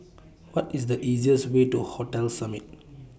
What IS The easiest Way to Hotel Summit